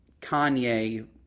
Kanye